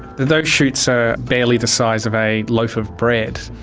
those chutes are barely the size of a loaf of bread.